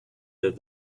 that